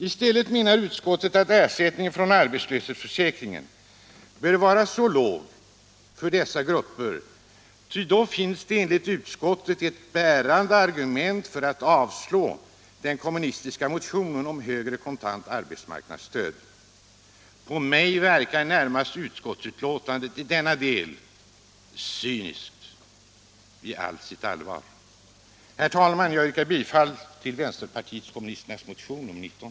I stället menar utskottet att ersättningen från arbetslöshetsförsäkringen bör vara låg för dessa grupper, ty då finns det enligt utskottet ett bärande argument för att avslå den kommunistiska motionen om högre kontant arbetsmarknadsstöd. På mig verkar närmast marknadsstöd utskottsbetänkandet i denna del cyniskt i allt sitt allvar. Herr talman! Jag yrkar bifall till vänsterpartiet kommunisternas motion nr 19.